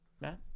Matt